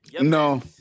No